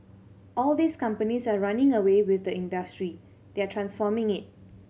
all these companies are running away with the industry they are transforming it